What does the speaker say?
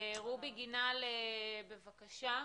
רובי גינל, בבקשה.